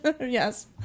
Yes